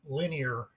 linear